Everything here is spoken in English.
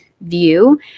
view